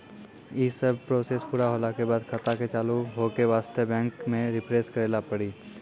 यी सब प्रोसेस पुरा होला के बाद खाता के चालू हो के वास्ते बैंक मे रिफ्रेश करैला पड़ी?